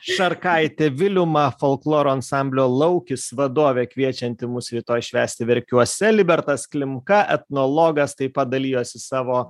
šarkaitė viliuma folkloro ansamblio laukis vadovė kviečianti mus rytoj švęsti verkiuose libertas klimka etnologas taip pat dalijosi savo